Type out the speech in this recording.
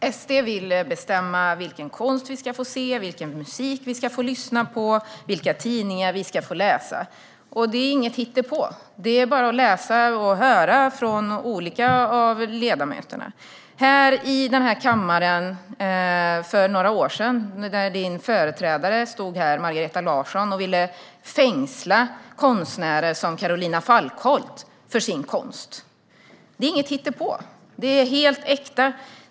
Herr talman! SD vill bestämma vilken konst vi ska få se, vilken musik vi ska få lyssna på och vilka tidningar vi ska få läsa. Det är inget hittepå. Det är bara att läsa och lyssna på olika ledamöter. I den här kammaren stod för några år sedan din företrädare Margareta Larsson och ville fängsla konstnärer som Carolina Falkholt för hennes konst. Det är inget hittepå. Det är helt äkta.